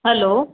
hello